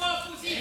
איפה האופוזיציה?